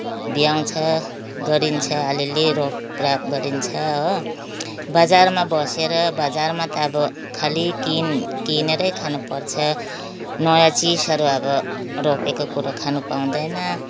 भ्याउँछ गरिन्छ अलिअलि रोपराप गरिन्छ हो बजारमा बसेर बजारमा त अब खाली किन किनेरै खानुपर्छ नयाँ चिजहरू अब रोपेका कुरा खान पाउँदैन